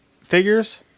figures